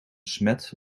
smet